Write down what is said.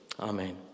Amen